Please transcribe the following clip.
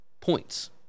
points